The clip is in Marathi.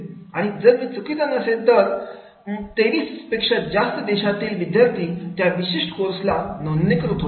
आणि जर मी चुकीचा नसेल तर 23 पेक्षा जास्त देशातील विद्यार्थी त्या विशिष्ट कोर्सला नोंदणीकृत होते